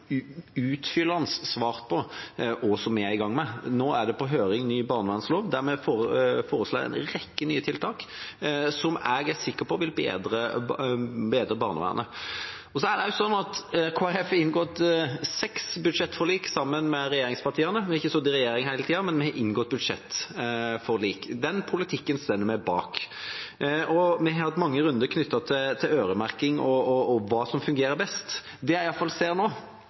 utfyllende svart på hva vi er i gang med. Nå er det på høring ny barnevernslov, der vi foreslår en rekke nye tiltak som jeg er sikker på vil bedre barnevernet. Kristelig Folkeparti har inngått seks budsjettforlik med regjeringspartiene – vi har ikke sittet i regjering hele tida, men vi har inngått budsjettforlik. Den politikken står vi bak. Vi har hatt mange runder knyttet til øremerking og hva som fungerer best. Det jeg iallfall ser nå,